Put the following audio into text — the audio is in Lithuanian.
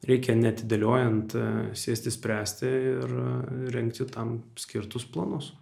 reikia neatidėliojant sėsti spręsti ir rengti tam skirtus planus